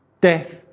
death